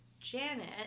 Janet